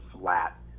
flat